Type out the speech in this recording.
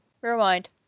Rewind